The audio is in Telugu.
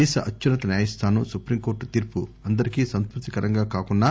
దేశ అత్యున్నత న్యాయస్థానం సుప్రీంకోర్టు తీర్పు అందరికీ సంతృప్తికరం కాకున్నా